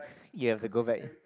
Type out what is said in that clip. you have to go back